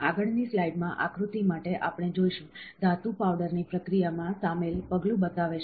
આગળની સ્લાઇડમાં આકૃતિ માટે આપણે જોઈશું ધાતુ પાવડર ની પ્રક્રિયામાં સામેલ પગલું બતાવે છે